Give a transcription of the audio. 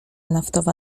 naftowa